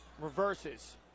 reverses